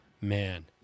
man